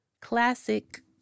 classic